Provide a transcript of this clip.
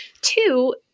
Two